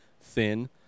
thin